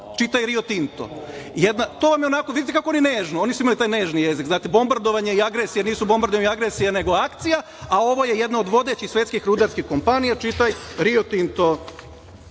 čitaj Rio Tinto. Vidite kako oni nežno, oni su imali taj nežni jezik. Bombardovanje i agresija nisu bombardovanje i agresija, nego akcija, a ovo je jedna od vodećih svetskih rudarskih kompanija, čitaj Rio Tinto,